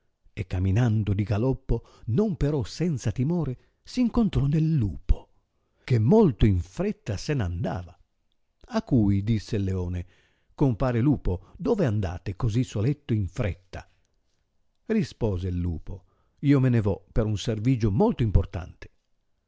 e caminando di galoppo non però senza timore s'incontrò nel lupo che molto in fretta se n andava a cui disse il leone compare lupo dove andate cosi soletto in frettai rispose il lupo io me ne vo per un servigio molto importante